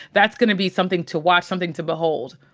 that's gonna be something to watch, something to behold.